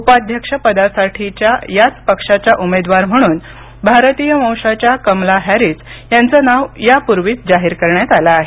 उपाध्यक्षपदासाठी याच पक्षाच्या उमेदवार म्हणून भारतीय वंशाच्या कमला हॅरिस यांचं नाव यापूर्वीच जाहीर करण्यात आलं आहे